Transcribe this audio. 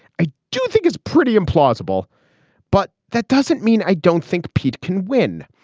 i do think it's pretty implausible but that doesn't mean i don't think pete can win.